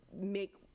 make